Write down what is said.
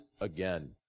again